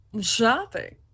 Shopping